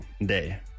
Day